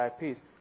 IPs